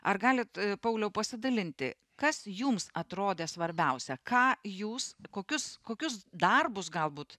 ar galit pauliau pasidalinti kas jums atrodė svarbiausia ką jūs kokius kokius darbus galbūt